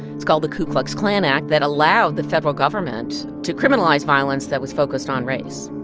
it's called the ku klux klan act that allowed the federal government to criminalize violence that was focused on race.